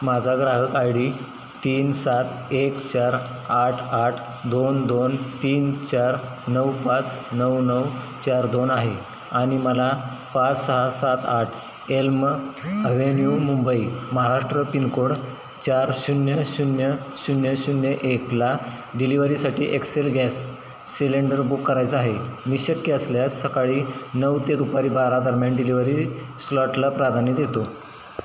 माझा ग्राहक I D तीन सात एक चार आठ आठ दोन दोन तीन चार नऊ पाच नऊ नऊ चार दोन आहे आणि मला पाच सहा सात आठ Elm Avenue Mumbai Maharashtra pin code चार शून्य शून्य शून्य शून्य एकला डिलिवरीसाठी एक्सेल गॅस सिलेंडर बुक करायचं आहे आणि शक्य असल्यास सकाळी नऊ ते दुपारी बारा दरम्यान डिलिव्हरी स्लॉटला प्राधान्य देतो